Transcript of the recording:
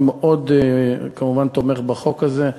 אני כמובן מאוד תומך בחוק הזה.